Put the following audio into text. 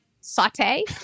saute